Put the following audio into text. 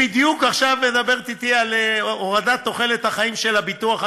היא בדיוק עכשיו מדברת אתי על הורדת תוחלת החיים של הביטוח הלאומי.